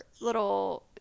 little